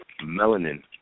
melanin